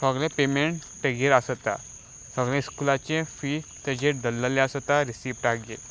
सगलें पेमेंट ताचेर आसता सगले स्कुलाचे फी ताचेर धरलेली आसता रिसिप्टाचेर